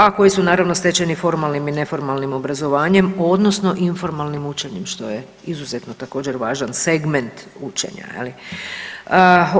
A koji su naravno stečeni formalnim i neformalnim obrazovanjem odnosno informalnim učenjem što je izuzetno također važan segment učenja je li.